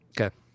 Okay